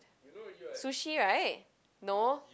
sushi right no